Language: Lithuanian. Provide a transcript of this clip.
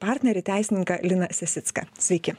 partnerį teisininką liną sesicką sveiki